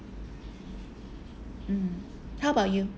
mm how about you